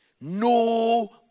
no